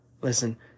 Listen